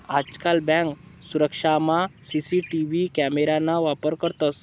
आजकाल बँक सुरक्षामा CCTV camera ना वापर करतंस